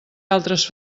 altres